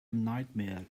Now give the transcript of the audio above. nightmare